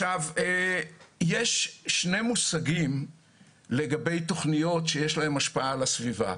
יש שני מושגים לגבי תכניות שיש להן השפעה על הסביבה.